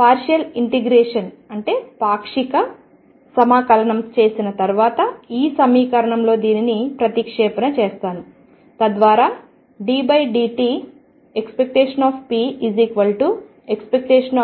partial integration పాక్షిక సమాకలనం చేసిన తర్వాత ఈ సమీకరణంలో దీనిని ప్రతిక్షేపణ చేస్తాము తద్వారా ddt⟨p⟩